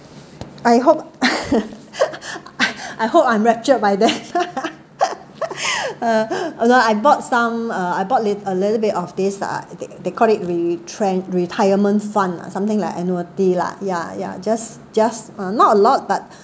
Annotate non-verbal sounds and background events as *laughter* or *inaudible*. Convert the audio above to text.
I hope *laughs* *laughs* I hope I'm raptured by that *laughs* you know I bought some uh I bought lil~ a little bit of this ah they call it retrench~ retirement fund lah something like annuity lah ya ya just just not a lot but